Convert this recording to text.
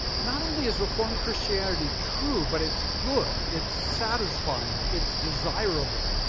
not only is reformed christianity true, but it's good. it's satisfying. it's desirable.